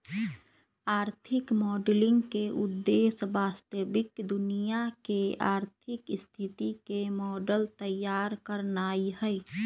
आर्थिक मॉडलिंग के उद्देश्य वास्तविक दुनिया के आर्थिक स्थिति के मॉडल तइयार करनाइ हइ